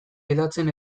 hedatzen